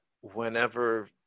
whenever